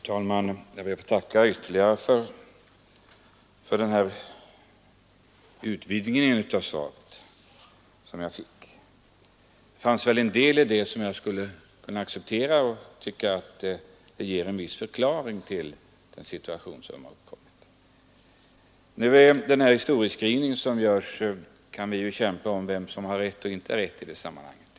Herr talman! Jag ber att få tacka ytterligare för den här utvidgningen av svaret. Det fanns väl en del där som jag skulle kunna acceptera och som jag tycker ger en viss förklaring till den situation som har uppkommit. Vi kan naturligtvis kämpa om vem som har rätt och inte rätt när det gäller historieskrivningen i det här sammanhanget.